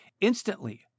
Instantly